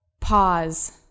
pause